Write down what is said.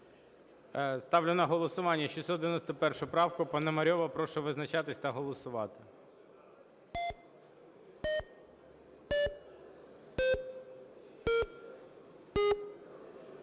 Ставлю на голосування 691 правку Пономарьова. Прошу визначатись та голосувати.